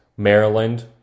maryland